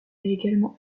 également